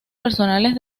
personales